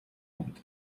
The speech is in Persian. بود